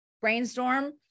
brainstorm